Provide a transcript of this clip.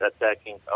attacking